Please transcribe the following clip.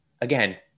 again